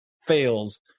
fails